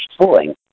tooling